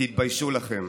תתביישו לכם.